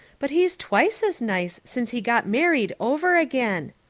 but he's twice as nice since he got married over again.